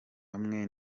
hamwe